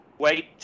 wait